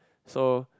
so